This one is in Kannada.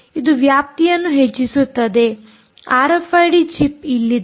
ಇದು ವ್ಯಾಪ್ತಿಯನ್ನು ಹೆಚ್ಚಿಸುತ್ತದೆ ಆರ್ಎಫ್ಐಡಿ ಚಿಪ್ ಇಲ್ಲಿದೆ